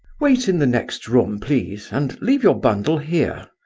wait in the next room, please and leave your bundle here,